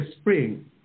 spring